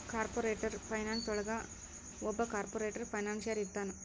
corporate finance ಒಳಗ ಒಬ್ಬ corporate financier ಇರ್ತಾನ